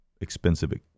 expensive